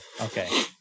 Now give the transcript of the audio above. okay